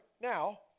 now